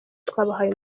twabahaye